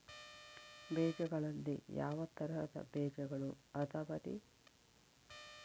ಬೇಜಗಳಲ್ಲಿ ಯಾವ ತರಹದ ಬೇಜಗಳು ಅದವರಿ?